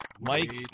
Mike